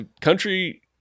country